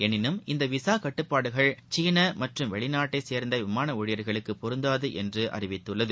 எளினும் இந்த விசா கட்டுப்பாடுகள் கீன மற்றும் வெளிநாட்டை சேர்ந்த விமான ஊழியர்களுக்கு பொருந்தாது என்று அறிவித்துள்ளது